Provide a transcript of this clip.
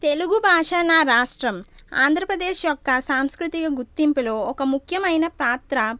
తెలుగుభాష నా రాష్ట్రం ఆంధ్రప్రదేశ్ యొక్క సాంస్కృతిక గుర్తింపులో ఒక ముఖ్యమైన పాత్ర